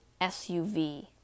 SUV